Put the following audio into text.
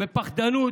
בפחדנות